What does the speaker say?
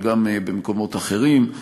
אבל גם במקומות אחרים.